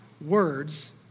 words